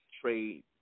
trade